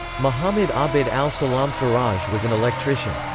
muhammad abd al-salam faraj was an electrician.